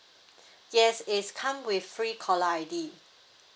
yes it's come with free caller I_D